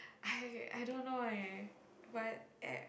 I I don't know leh but eh